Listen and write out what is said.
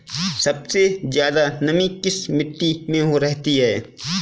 सबसे ज्यादा नमी किस मिट्टी में रहती है?